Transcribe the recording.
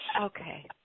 Okay